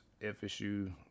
FSU